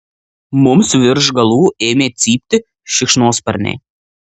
mums virš galvų ėmė cypti šikšnosparniai